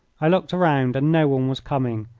i looked around and no one was coming.